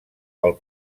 pel